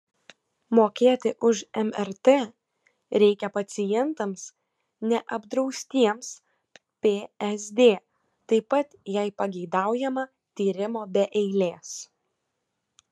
mokėti už mrt reikia pacientams neapdraustiems psd taip pat jei pageidaujama tyrimo be eilės